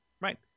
right